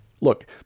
Look